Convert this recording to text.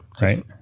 Right